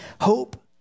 hope